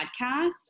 podcast